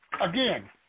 again